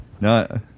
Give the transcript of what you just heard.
No